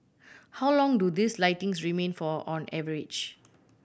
how long do these lighting's remain for on average